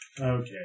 Okay